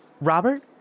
Robert